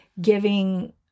giving